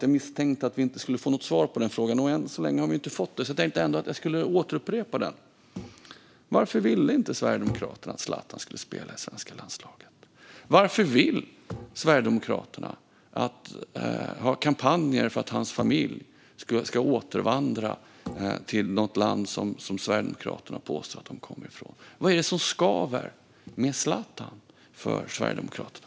Jag misstänkte att jag inte skulle få något svar på den. Än så länge har jag inte fått det, så jag återupprepar den: Varför ville inte Sverigedemokraterna att Zlatan skulle spela i svenska landslaget? Varför vill Sverigedemokraterna ha kampanjer för att hans familj ska återvandra till något land som Sverigedemokraterna påstår att de kommer från? Vad är det som skaver med Zlatan för Sverigedemokraterna?